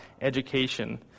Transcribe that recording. education